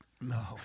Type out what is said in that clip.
No